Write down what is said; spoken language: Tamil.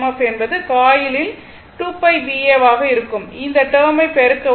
எஃப் என்பது காயிலில் 2 π B A ஆக இருக்கும் இந்த டேர்ம் ஐ பெருக்கவும்